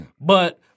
But-